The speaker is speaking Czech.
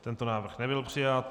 Tento návrh nebyl přijat.